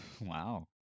Wow